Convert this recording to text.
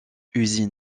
usine